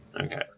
Okay